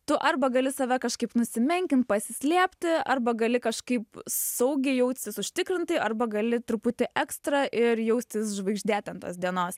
tu arba gali save kažkaip nusimenkint pasislėpti arba gali kažkaip saugiai jaustis užtikrintai arba gali truputį extra ir jaustis žvaigždė ten tos dienos